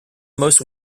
most